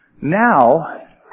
Now